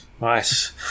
Nice